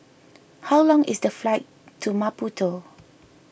how long is the flight to Maputo